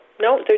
no